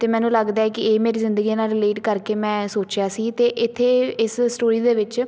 ਅਤੇ ਮੈਨੂੰ ਲੱਗਦਾ ਹੈ ਕਿ ਇਹ ਮੇਰੀ ਜ਼ਿੰਦਗੀ ਨਾਲ ਰਿਲੇਟ ਕਰਕੇ ਮੈਂ ਸੋਚਿਆ ਸੀ ਅਤੇ ਇੱਥੇ ਇਸ ਸਟੋਰੀ ਦੇ ਵਿੱਚ